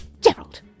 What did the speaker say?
Gerald